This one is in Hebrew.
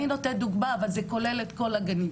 אני נותנת דוגמא, אבל זה כולל את כל הגנים.